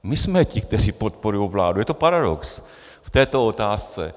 My jsme ti, kteří podporují vládu, je to paradox, v této otázce.